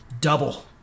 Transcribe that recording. double